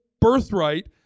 birthright